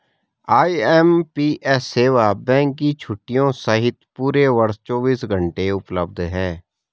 IMPS सेवा bank की छुट्टियों सहित पूरे वर्ष चौबीस घंटे उपलब्ध है